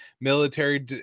military